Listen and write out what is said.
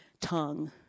tongue